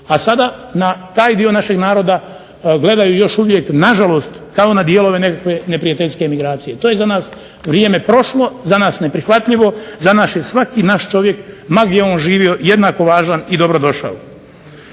a sada na taj dio našeg naroda gledaju još uvijek nažalost kao na dijelove nekakve neprijateljske emigracije. To je za nas vrijeme prošlo, za nas neprihvatljivo, za nas je svaki naš čovjek ma gdje on živio jednako važan i dobro došao.